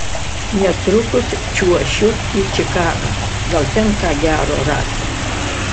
netrukus čiuošiu į čikagą gal ten ką gero rasiu